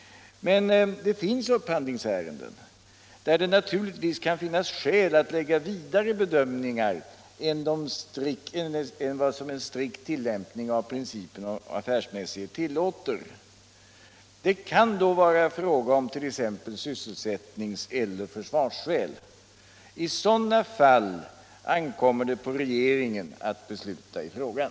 Men det förekommer upphandlingsärenden där man naturligtvis kan finna skäl att lägga vidare bedömningar än vad en strikt tillämpning av principen om affärsmässighet tillåter. Det kan då vara fråga om t.ex. sysselsättningseller försvarsskäl. I sådana fall ankommer det på regeringen att besluta i frågan.